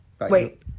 Wait